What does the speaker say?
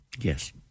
Yes